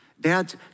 Dad